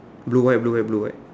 blue white blue white blue white